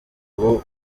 ubu